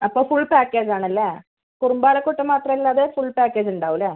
അപ്പോൾ full package ആണല്ലേ കുറുമ്പാലക്കോട്ട മാത്രല്ലാതെ ഫുൾ പാക്കേജ് ഉണ്ടാവും അല്ലേ